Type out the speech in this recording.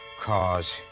cause